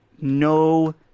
no